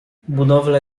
budowla